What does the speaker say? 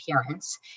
appearance